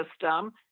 system